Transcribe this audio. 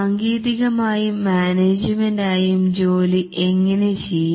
സാങ്കേതികമായും management ആയും ജോലി എങ്ങിനെ ചെയ്യും